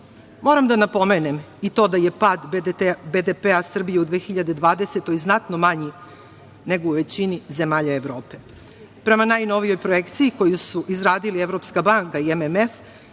da napomenem i to da je pad BDP-a Srbije u 2020. godini znatno manji nego u većini zemalja Evrope. Prema najnovijoj projekciji koju su izradili Evropska banka i MMF,